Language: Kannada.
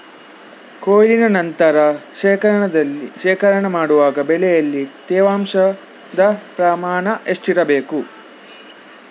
ಕೊಯ್ಲಿನ ನಂತರ ಶೇಖರಣೆ ಮಾಡುವಾಗ ಬೆಳೆಯಲ್ಲಿ ತೇವಾಂಶದ ಪ್ರಮಾಣ ಎಷ್ಟು ಇರಬೇಕು?